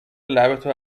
لبتو